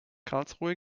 karlsruhe